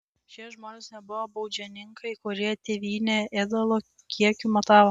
šie žmonės nebuvo baudžiauninkai kurie tėvynę ėdalo kiekiu matavo